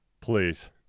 please